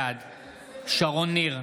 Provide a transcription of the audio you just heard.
בעד שרון ניר,